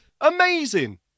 Amazing